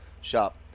shop